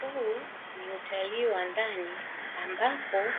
Huu ni utalii wa ndani ambapo